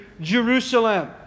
Jerusalem